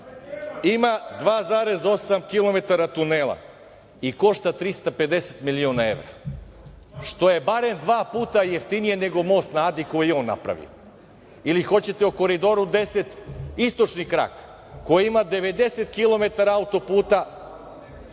ima 2,8 kilometara tunela i košta 350 miliona evra, što je barem dva puta jeftinije nego Most na Adi koji je on napravio. Ili hoćete o Koridoru 10 – Istočni krak, koji ima 90 kilometara